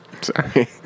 sorry